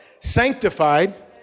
sanctified